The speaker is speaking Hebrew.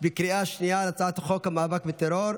בקריאה השנייה על הצעת חוק המאבק בטרור,